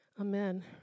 Amen